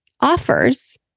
offers